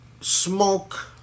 smoke